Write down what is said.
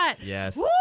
Yes